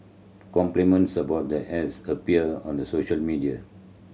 complements about the haze appeared on the social media